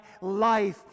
life